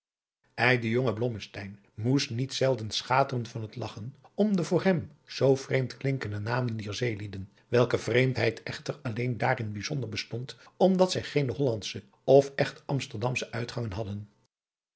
de jonge blommesteyn moest niet zelden schateren van lagchen om de voor hem zoo vreemd klinkende namen dier zeelieden welker vreemdheid echter alleen daarin bijzonder bestond omdat zij geene hollandsche of echt amsterdamsche uitgangen hadden